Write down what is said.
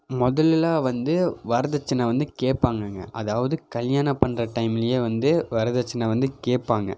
முதல்லலாம் வந்து வரதட்சணை வந்து கேட்பாங்கங்க அதாவது கல்யாண பண்ணுற டைம்லேயே வந்து வரதட்சணை வந்து கேட்பாங்க